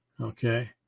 Okay